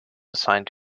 assigned